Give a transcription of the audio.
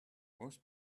most